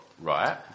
right